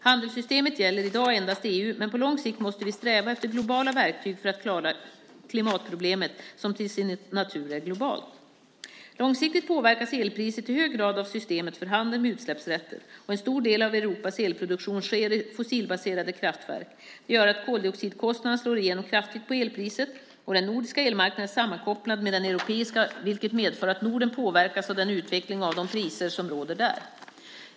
Handelssystemet gäller i dag endast EU, men på lång sikt måste vi sträva efter globala verktyg för att klara klimatproblemet som till sin natur är globalt. Långsiktigt påverkas elpriset i hög grad av systemet för handel med utsläppsrätter. En stor del av Europas elproduktion sker i fossilbaserade kraftverk. Det gör att koldioxidkostnaden slår igenom kraftigt på elpriset. Den nordiska elmarknaden är sammankopplad med den europeiska, vilket medför att Norden påverkas av den utveckling och av de priser som råder där.